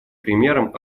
примером